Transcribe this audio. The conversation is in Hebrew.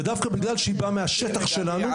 דווקא בגלל שהיא באה מהשטח שלנו,